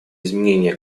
изменения